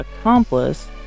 accomplice